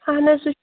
اَہَن حظ سُہ